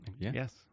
Yes